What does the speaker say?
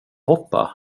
hoppa